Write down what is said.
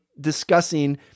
discussing